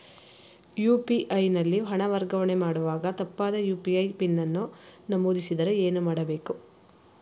UPI ನಲ್ಲಿ ಹಣ ವರ್ಗಾವಣೆ ಮಾಡುವಾಗ ತಪ್ಪಾದ ಯು.ಪಿ.ಐ ಪಿನ್ ನಮೂದಿಸಿದರೆ ಏನು ಮಾಡಬೇಕು?